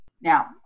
now